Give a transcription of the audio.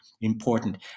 important